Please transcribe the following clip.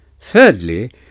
Thirdly